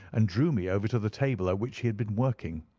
and drew me over to the table at which he had been working.